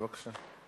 בבקשה.